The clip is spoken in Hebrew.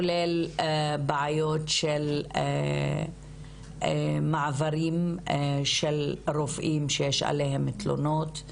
כולל בעיות של מעברים של רופאים שיש עליהם תלונות,